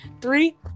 three